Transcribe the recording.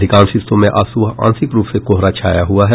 अधिकांश हिस्सों में आज सूबह आंशिक रूप से कोहरा छाया हुआ है